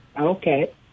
okay